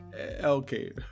okay